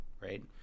right